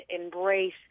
embrace